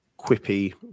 quippy